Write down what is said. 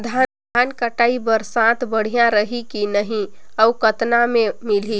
धान कटाई बर साथ बढ़िया रही की नहीं अउ कतना मे मिलही?